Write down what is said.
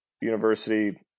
university